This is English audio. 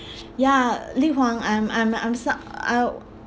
ya li huang I'm I'm I'm stuck I